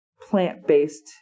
plant-based